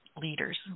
leaders